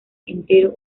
entero